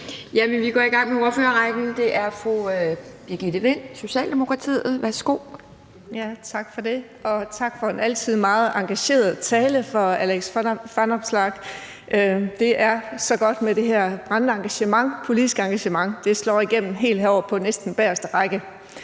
Vi går i gang med ordførerrækken, og det er fru Birgitte Vind, Socialdemokratiet. Værsgo. Kl. 17:31 Birgitte Vind (S): Tak for det. Og tak for en altid meget engageret tale fra Alex Vanopslagh. Det er så godt med det her brændende politiske engagement; det slår igennem helt herned på næsten bagerste række.